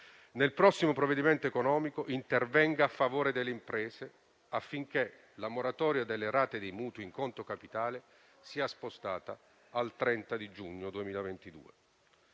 nel prossimo provvedimento economico intervenga a favore delle imprese affinché la moratoria delle rate dei mutui in conto capitale sia spostata al 30 giugno 2022.